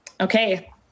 Okay